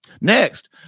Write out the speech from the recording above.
Next